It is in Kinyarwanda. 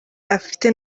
afite